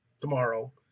tomorrow